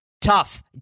tough